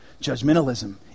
judgmentalism